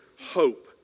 hope